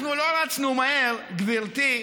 אנחנו לא רצנו מהר, גברתי,